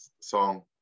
song